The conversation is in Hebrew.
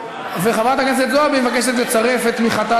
וחברת הכנסת זועבי מבקשת לצרף את תמיכתה,